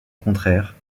contraire